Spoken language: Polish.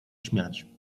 śmiać